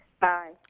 Bye